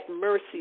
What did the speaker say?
mercy